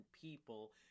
people